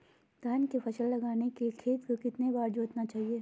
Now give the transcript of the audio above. धान की फसल उगाने के लिए खेत को कितने बार जोतना चाइए?